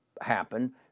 happen